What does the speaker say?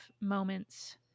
moments